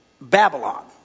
Babylon